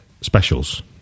specials